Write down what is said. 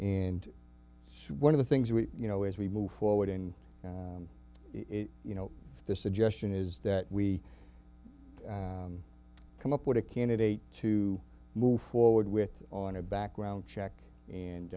and one of the things we you know as we move forward and you know the suggestion is that we come up with a candidate to move forward with on a background check and